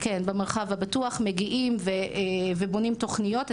הם מגיעים ובונים תוכניות.